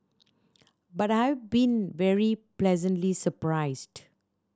but I've been very pleasantly surprised